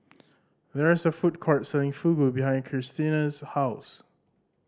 there is a food court selling Fugu behind Krystina's house